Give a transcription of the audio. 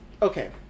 Okay